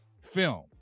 film